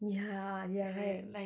ya ya right